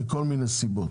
מכל מיני סיבות,